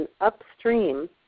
upstream